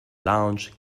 lounge